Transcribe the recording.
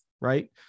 Right